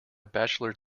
bachelor